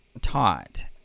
taught